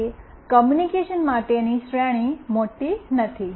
તેથી કૉમ્યુનિકેશન માટેની શ્રેણી મોટી નથી